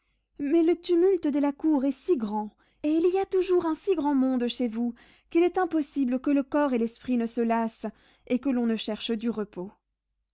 mais le tumulte de la cour est si grand et il y a toujours un si grand monde chez vous qu'il est impossible que le corps et l'esprit ne se lassent et que l'on ne cherche du repos